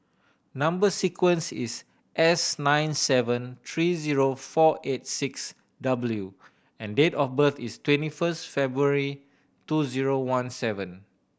number sequence is S nine seven three zero four eight six W and date of birth is twenty first February two zero one seven